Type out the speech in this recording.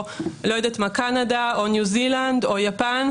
או לא יודעת מה קנדה או ניו זילנד או יפן?